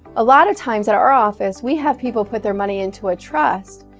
a lot of times at our office, we have people put their money into a trust.